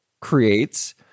creates